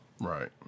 Right